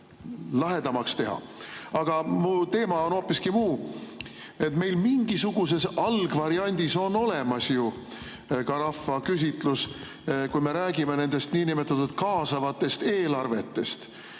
lahedamaks teha. Aga mu teema on hoopiski muu. Meil mingisuguses algvariandis on olemas ju ka rahvaküsitlus, kui me räägime nendest niinimetatud kaasavatest eelarvetest,